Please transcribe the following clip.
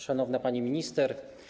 Szanowna Pani Minister!